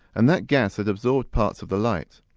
and that gas had absorbed parts of the light.